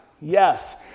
Yes